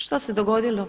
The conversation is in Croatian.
Što se dogodilo?